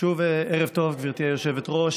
שוב ערב טוב, גברתי היושבת-ראש.